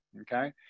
Okay